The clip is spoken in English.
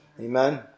Amen